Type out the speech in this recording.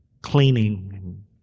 cleaning